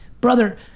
brother